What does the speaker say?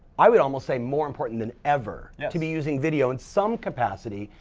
i would almost say, more important than ever to be using video in some capacity,